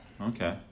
Okay